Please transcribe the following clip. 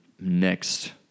next